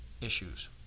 issues